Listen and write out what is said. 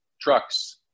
trucks